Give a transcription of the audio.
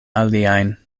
aliajn